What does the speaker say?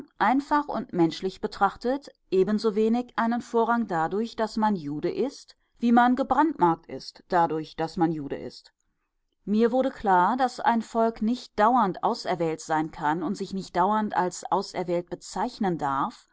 einfach und menschlich betrachtet ebensowenig einen vorrang dadurch daß man jude ist wie man gebrandmarkt ist dadurch daß man jude ist mir wurde klar daß ein volk nicht dauernd auserwählt sein kann und sich nicht dauernd als auserwählt bezeichnen darf